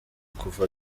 kuva